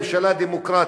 ממשלה דמוקרטית.